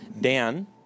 Dan